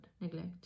neglect